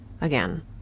again